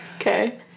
Okay